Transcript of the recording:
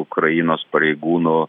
ukrainos pareigūnų